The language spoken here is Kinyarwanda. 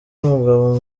w’umugabo